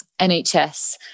NHS